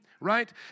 right